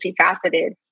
multifaceted